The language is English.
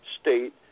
state